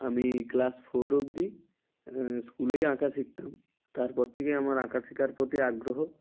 আমি class four অবধি স্কুলেই আঁকা শিখতাম তারপর থেকে আমার আঁকা শেখার প্রতি আগ্রহ